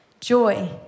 joy